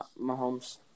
Mahomes